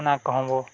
ᱚᱱᱟ ᱠᱚᱦᱚᱸ ᱵᱚ